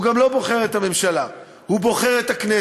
הוא גם לא בוחר את הממשלה, הוא בוחר את הכנסת.